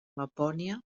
lapònia